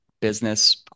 business